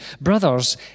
Brothers